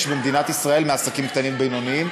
במדינת ישראל מעסקים קטנים ובינוניים.